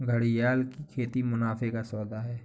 घड़ियाल की खेती मुनाफे का सौदा है